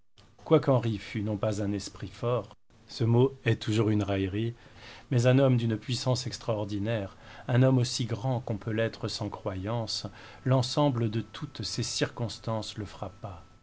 non pas un esprit fort ce mot est toujours une raillerie mais un homme d'une puissance extraordinaire un homme aussi grand qu'on peut l'être sans croyance l'ensemble de toutes ces circonstances le